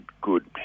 good